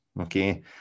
okay